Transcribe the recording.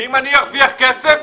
אם אני ארוויח כסף,